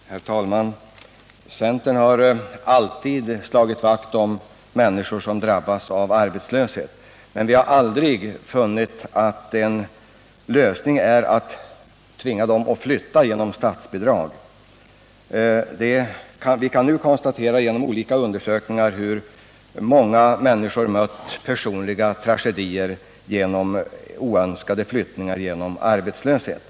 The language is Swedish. Herr talman! Centern har alltid slagit vakt om människor som drabbas av arbetslöshet, men vi har aldrig funnit att en lösning vore att tvinga dem att flytta genom statsbidrag. Vi kan nu genom olika undersökningar konstatera hur många människor har mött personliga tragedier genom oönskade flyttningar på grund av arbetslöshet.